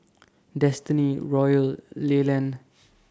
Destiny Royal Leland